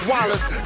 Wallace